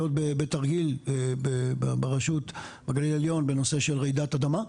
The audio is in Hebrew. בבית אריאל בגליל העליון ברשות בנושא של רעידת אדמה,